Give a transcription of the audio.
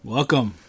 Welcome